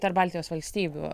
tarp baltijos valstybių